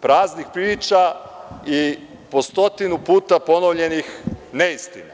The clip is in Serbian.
Praznih priča i po stotinu puta ponovljenih neistina,